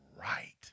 right